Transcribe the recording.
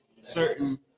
certain